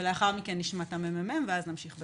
ולאחר מכן נשמע את הממ"מ ונמשיך בדיון.